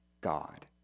God